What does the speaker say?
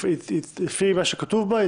לפי מה שכתוב בה,